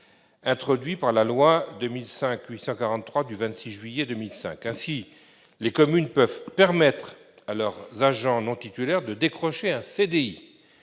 introduit par la loi n° 2005-843 du 26 juillet 2005. Ainsi, les communes peuvent permettre à leurs agents non titulaires de décrocher un CDI.